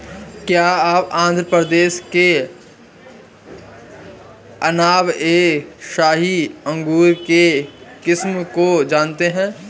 क्या आप आंध्र प्रदेश के अनाब ए शाही अंगूर के किस्म को जानते हैं?